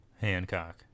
Hancock